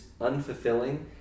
unfulfilling